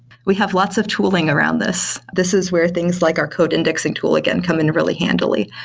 we have lots of tooling around this. this is where things like our code indexing tool again come in really handily,